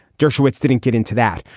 dershowitz didn't get into that.